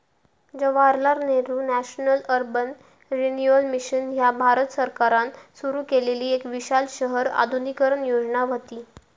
Jawaharlal Nehru National Urban Renewal Mission ह्या भारत सरकारान सुरू केलेली एक विशाल शहर आधुनिकीकरण योजना व्हती